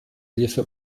hilfe